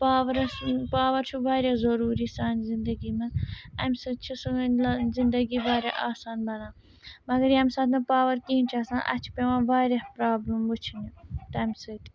پاورَس پاوَر چھُ واریاہ ضٔروٗری سانہِ زِندگی منٛز اَمہِ سۭتۍ چھِ سٲنۍ زِندگی واریاہ آسان بَنان مگر ییٚمہِ ساتہٕ نہٕ پاوَر کینٛہہ چھُ آسان اَسہِ چھِ پٮ۪وان واریاہ پرٛابلِم وٕچھنہِ تَمہِ سۭتۍ